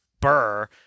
Burr